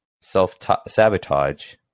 self-sabotage